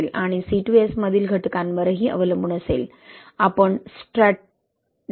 आणि C2S मधील घटकांवर अवलंबून असेल आपण स्ट्रॅटलिंगाइटची उपस्थिती देखील पाहू शकतो